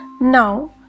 Now